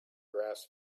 grass